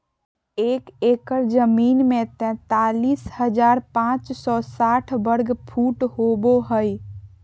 एक एकड़ जमीन में तैंतालीस हजार पांच सौ साठ वर्ग फुट होबो हइ